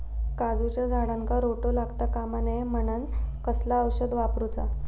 काजूच्या झाडांका रोटो लागता कमा नये म्हनान कसला औषध वापरूचा?